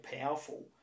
powerful